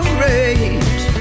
rage